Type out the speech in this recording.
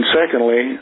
secondly